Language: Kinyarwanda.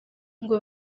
ngo